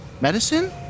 Medicine